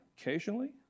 Occasionally